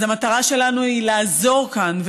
אז המטרה שלנו היא לעזור כאן,